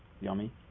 yummy